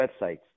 websites